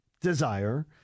desire